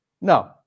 No